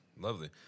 lovely